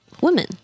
women